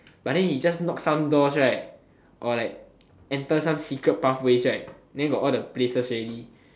but then he just knock some doors right or light enter some secret pathways right then got all the places already